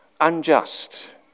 unjust